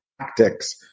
tactics